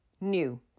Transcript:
new